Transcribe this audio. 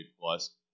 plus